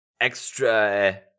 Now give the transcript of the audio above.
extra